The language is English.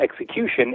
execution